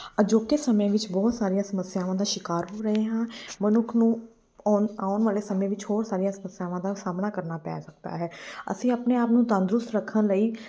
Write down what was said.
ਅਜੋਕੇ ਸਮੇਂ ਵਿੱਚ ਬਹੁਤ ਸਾਰੀਆਂ ਸਮੱਸਿਆਵਾਂ ਦਾ ਸ਼ਿਕਾਰ ਹੋ ਰਹੇ ਹਾਂ ਮਨੁੱਖ ਨੂੰ ਓਨ ਆਉਣ ਵਾਲੇ ਸਮੇਂ ਵਿੱਚ ਹੋਰ ਸਾਰੀਆਂ ਸਮੱਸਿਆਵਾਂ ਦਾ ਸਾਹਮਣਾ ਕਰਨਾ ਪੈ ਸਕਦਾ ਹੈ ਅਸੀਂ ਆਪਣੇ ਆਪ ਨੂੰ ਤੰਦਰੁਸਤ ਰੱਖਣ ਲਈ